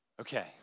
Okay